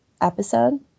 episode